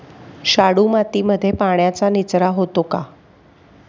शाडू मातीमध्ये पाण्याचा निचरा होतो का?